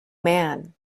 man